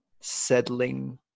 settling